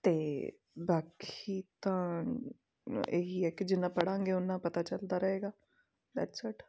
ਅਤੇ ਬਾਕੀ ਤਾਂ ਇਹ ਹੀ ਆ ਕਿ ਜਿੰਨਾ ਪੜ੍ਹਾਂਗੇ ਉੰਨਾ ਪਤਾ ਚਲਦਾ ਰਹੇਗਾ ਦੈਟਸ ਇੱਟ